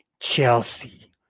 Chelsea